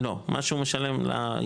לא, מה שהוא משלם ליזם.